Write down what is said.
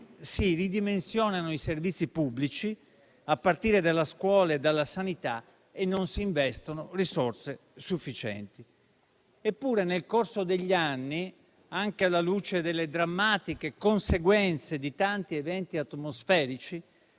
si ridimensionano i servizi pubblici, a partire da scuola e sanità, e non si investono risorse sufficienti. Eppure, nel corso degli anni, anche alla luce delle drammatiche conseguenze di tanti eventi atmosferici,